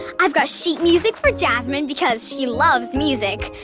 i've got sheet music for jasmine because she loves music,